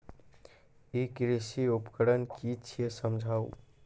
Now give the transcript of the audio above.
ई कृषि उपकरण कि छियै समझाऊ?